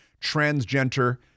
transgender